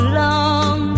long